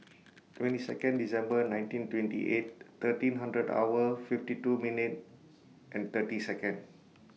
twenty Second December nineteen twenty eight thirteen hundred hour fifty two minute and thirty Second